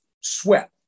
sweat